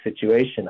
situation